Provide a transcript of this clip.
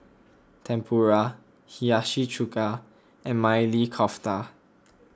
Tempura Hiyashi Chuka and Maili Kofta